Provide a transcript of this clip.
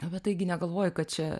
apie tai gi negalvoju kad čia